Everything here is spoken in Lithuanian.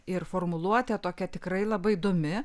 ir formuluotė tokia tikrai labai įdomi